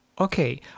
Okay